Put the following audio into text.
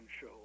show